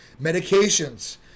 Medications